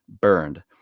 burned